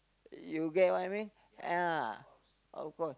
you get what I mean ya of course